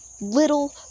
little